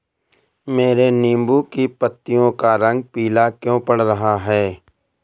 मेरे नींबू की पत्तियों का रंग पीला क्यो पड़ रहा है?